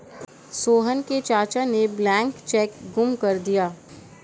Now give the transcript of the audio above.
सोहन के चाचा ने ब्लैंक चेक गुम कर दिया